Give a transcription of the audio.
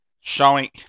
showing